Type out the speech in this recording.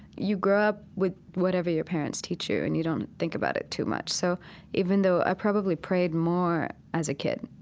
you grow up with whatever your parents teach you, and you don't think about it too much. so even though i probably prayed more as a kid,